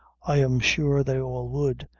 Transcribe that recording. i am sure they all would,